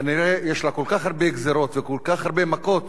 כנראה יש לה כל כך הרבה גזירות וכל כך הרבה מכות